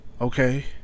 okay